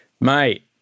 Mate